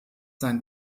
sein